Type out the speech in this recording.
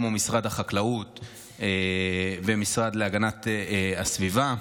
כמו משרד החקלאות והמשרד להגנת הסביבה,